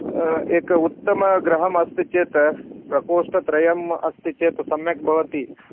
एक उत्तमं गृहम् अस्ति चेत् प्रकोष्ठत्रयम् अस्ति चेत् सम्यक् भवति